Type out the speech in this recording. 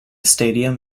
stadium